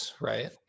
right